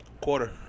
Quarter